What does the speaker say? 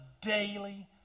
daily